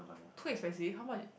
too expensive how much